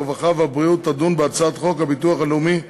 הרווחה והבריאות תדון בהצעת חוק הביטוח הלאומי (תיקון,